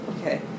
Okay